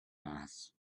mass